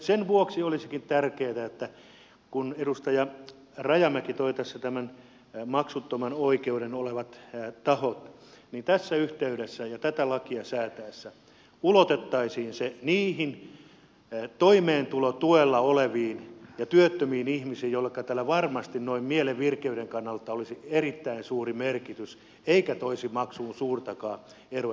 sen vuoksi olisikin tärkeää että kun edustaja rajamäki toi tässä nämä maksuttoman oi keuden omaavat tahot niin tässä yhteydessä ja tätä lakia säädettäessä ulotettaisiin maksuttomuus niihin toimeentulotuella oleviin ja työttömiin ihmisiin joilleka tällä varmasti noin mielen virkeyden kannalta olisi erittäin suuri merkitys eikä se toisi maksuun suurtakaan eroa